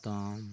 ᱯᱚᱛᱟᱢ